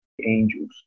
angels